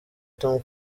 tom